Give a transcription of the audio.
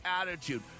attitude